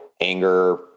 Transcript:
anger